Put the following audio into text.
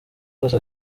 zose